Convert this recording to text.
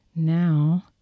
Now